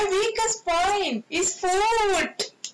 no my weakest point is food